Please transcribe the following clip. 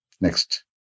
Next